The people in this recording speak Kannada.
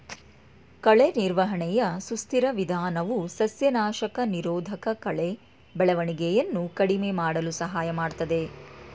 ಕಳೆ ನಿರ್ವಹಣೆಯ ಸುಸ್ಥಿರ ವಿಧಾನವು ಸಸ್ಯನಾಶಕ ನಿರೋಧಕಕಳೆ ಬೆಳವಣಿಗೆಯನ್ನು ಕಡಿಮೆ ಮಾಡಲು ಸಹಾಯ ಮಾಡ್ತದೆ